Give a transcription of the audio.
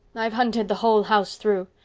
i've hunted the whole house through.